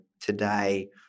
today